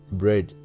bread